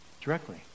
Directly